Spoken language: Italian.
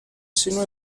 seno